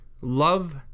Love